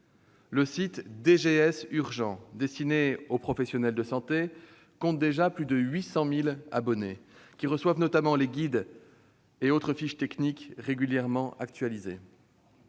Le site DGS-urgent, destiné aux professionnels de santé, compte déjà plus de 800 000 abonnés, qui reçoivent notamment les guides et les fiches techniques régulièrement actualisés.